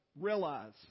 realize